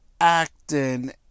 acting